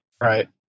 Right